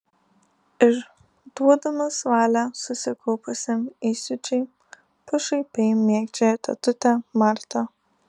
ir duodamas valią susikaupusiam įsiūčiui pašaipiai mėgdžioja tetutę martą